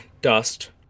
Dust